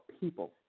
people